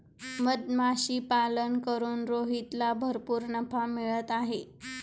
मधमाशीपालन करून रोहितला भरपूर नफा मिळत आहे